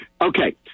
Okay